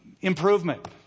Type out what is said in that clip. improvement